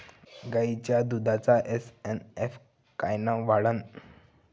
गायीच्या दुधाचा एस.एन.एफ कायनं वाढन?